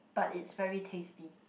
but it's very tasty